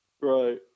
Right